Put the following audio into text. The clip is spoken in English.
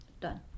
done